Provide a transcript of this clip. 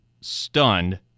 stunned